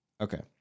okay